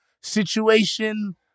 situation